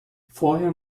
vorher